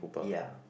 ya